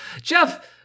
Jeff—